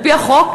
על-פי החוק,